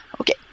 Okay